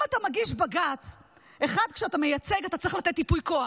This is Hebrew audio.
אם אתה מגיש בג"ץ ואתה מייצג אחד,